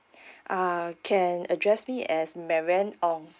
uh can address me as marianne Ong